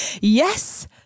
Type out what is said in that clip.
Yes